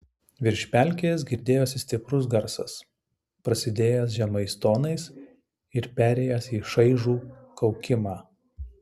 virš pelkės girdėjosi stiprus garsas prasidėjęs žemais tonais ir perėjęs į šaižų kaukimą